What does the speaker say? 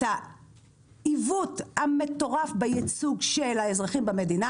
העיוות המטורף בייצוג של האזרחים במדינה,